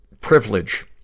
privilege